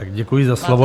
Děkuji za slovo.